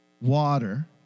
water